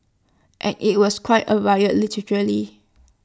and IT was quite A riot literally